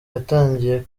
yatangiye